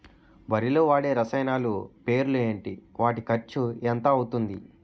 వరిలో వాడే రసాయనాలు పేర్లు ఏంటి? వాటి ఖర్చు ఎంత అవతుంది?